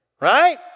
Right